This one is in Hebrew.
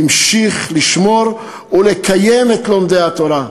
המשיך לשמור ולקיים את לומדי התורה,